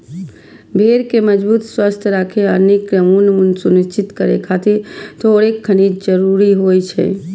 भेड़ कें मजबूत, स्वस्थ राखै आ नीक ऊन सुनिश्चित करै खातिर थोड़ेक खनिज जरूरी होइ छै